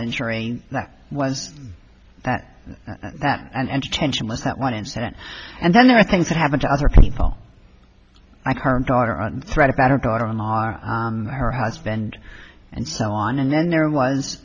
injury that was that that and tension was that one incident and then there are things that happen to other people like her daughter on threat about her daughter and her husband and so on and then there was